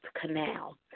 canal